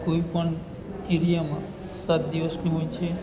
કોઈ પણ એરિયામાં સાત દિવસની હોય છે